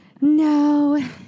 No